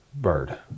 bird